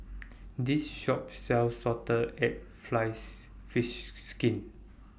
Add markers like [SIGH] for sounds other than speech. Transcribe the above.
[NOISE] This Shop sells Salted Egg flies Fish Skin